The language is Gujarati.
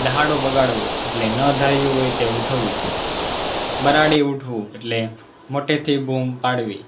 દહાડો બગાડવો એટલે ન ધાર્યું હોય તેવું થવું બરાડી ઉઠવું એટલે મોટેથી બૂમ પાડવી